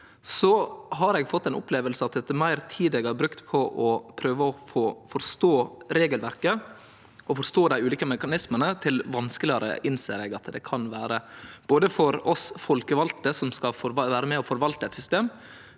har eg fått ei oppleving av at jo meir tid eg har brukt på å prøve å forstå regelverket og forstå dei ulike mekanismane, jo vanskelegare innser eg at det kan vere, både for oss folkevalde, som skal vere med og forvalte eit system,